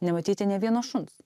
nematyti nė vieno šuns